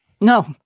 No